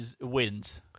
wins